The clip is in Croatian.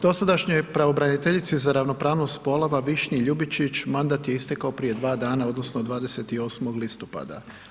Dosadašnjoj pravobraniteljici za ravnopravnost spolova Višnji Ljubičić mandat je istekao prije 2 dana odnosno 28. listopada.